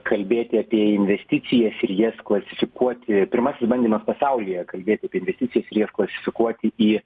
kalbėti apie investicijas ir jas klasifikuoti pirmasis bandymas pasaulyje kalbėti apie investicijas ir jas klasifikuoti į